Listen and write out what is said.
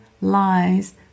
lies